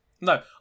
No